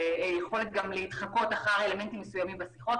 יכולת להתחקות אחר אלמנטים מסוימים בשיחות,